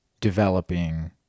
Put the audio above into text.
developing